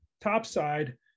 topside